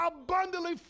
abundantly